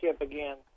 again